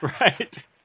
Right